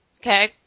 Okay